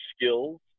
skills